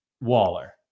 Waller